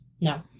No